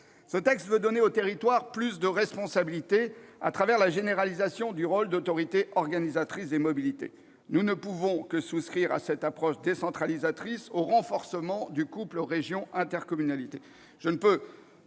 Ce texte veut donner aux territoires plus de responsabilités au travers de la généralisation du rôle d'autorité organisatrice des mobilités. Nous ne pouvons que souscrire à cette approche décentralisatrice, au renforcement du couple région-intercommunalité.